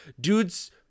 dudes